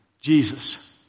Jesus